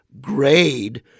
grade